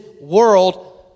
world